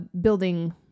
building